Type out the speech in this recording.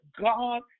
God